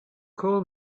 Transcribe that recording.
call